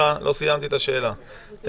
אני